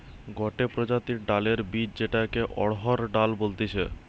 গটে প্রজাতির ডালের বীজ যেটাকে অড়হর ডাল বলতিছে